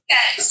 Yes